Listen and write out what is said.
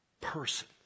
person